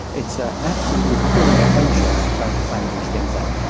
it's an absolutely thrilling adventure trying to find these things out.